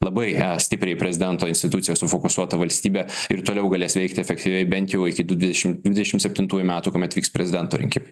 labai stipriai prezidento institucijos sufokusuota valstybė ir toliau galės veikti efektyviai bent jau iki du dvidešim dvidešim septintųjų metų kuomet vyks prezidento rinkimai